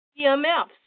EMFs